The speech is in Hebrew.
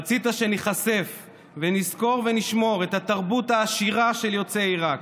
רצית שניחשף ונזכור ונשמור את התרבות העשירה של יוצאי עיראק,